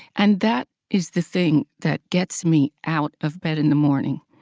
and that is the thing that gets me out of bed in the morning,